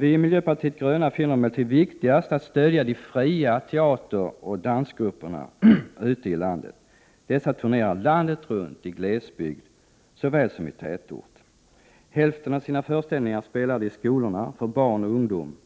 Vi i miljöpartiet de gröna finner det emellertid viktigast att stödja de fria teateroch dansgrupperna ute i landet. Dessa turnerar landet runt, i glesbygd såväl som i tätort. Hälften av sina föreställningar spelar de i skolorna, för barn och ungdom.